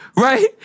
right